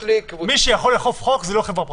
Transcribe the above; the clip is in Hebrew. מי שיכול לאכוף חוק, זאת לא חברה פרטית.